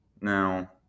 now